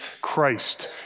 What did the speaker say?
Christ